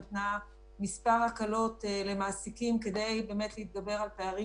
נתנה מספר הקלות למעסיקים כדי באמת להתגבר על פערים